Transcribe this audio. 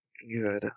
Good